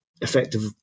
effective